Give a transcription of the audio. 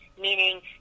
meaning